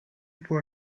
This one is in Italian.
può